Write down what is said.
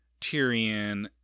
Tyrion